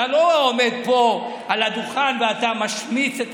אתה לא עומד פה על הדוכן ומשמיץ את